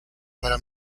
para